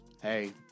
Hey